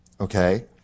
Okay